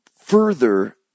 further